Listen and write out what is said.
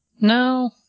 no